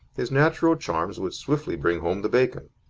his natural charms would swiftly bring home the bacon.